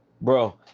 Bro